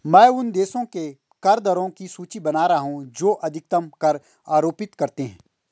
मैं उन देशों के कर दरों की सूची बना रहा हूं जो अधिकतम कर आरोपित करते हैं